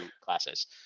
classes